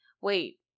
wait